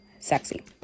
sexy